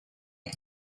air